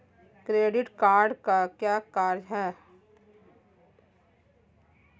Credit card का क्या कार्य है?